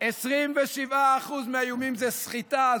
27% מהאיומים זה סחיטה.